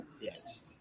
Yes